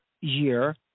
year